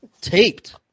Taped